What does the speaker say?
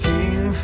King